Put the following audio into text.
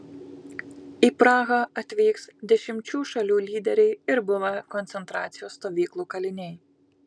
į prahą atvyks dešimčių šalių lyderiai ir buvę koncentracijos stovyklų kaliniai